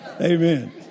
Amen